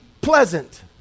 pleasant